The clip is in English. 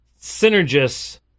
synergists